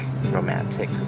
romantic